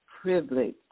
privilege